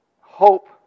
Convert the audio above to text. hope